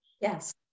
Yes